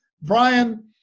brian